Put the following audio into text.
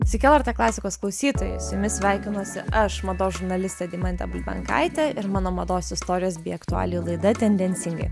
sveiki lrt klasikos klausytojai su jumis sveikinuosi aš mados žurnalistė deimantė bulbenkaitė ir mano mados istorijos bei aktualijų laida tendencingai